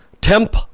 Temp